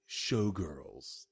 showgirls